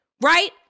right